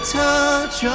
touch